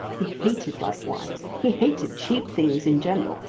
he hated light wines. he hated cheap things in general.